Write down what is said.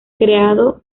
creado